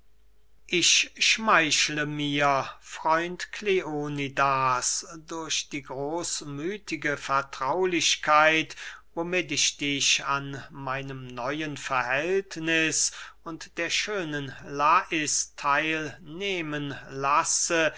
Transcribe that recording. ich schmeichle mir freund kleonidas durch die großmüthige vertraulichkeit womit ich dich an meinem neuen verhältniß und der schönen lais theil nehmen lasse